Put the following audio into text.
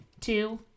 two